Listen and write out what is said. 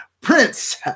Prince